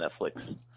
Netflix